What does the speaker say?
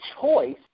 choice